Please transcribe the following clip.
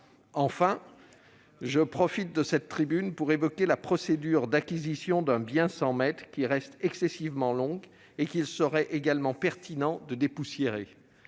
Enfin, je profite de cette tribune pour évoquer la procédure d'acquisition d'un bien sans maître qui reste excessivement longue et qu'il serait également pertinent de dépoussiérer.